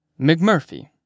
McMurphy